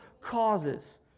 causes